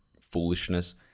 foolishness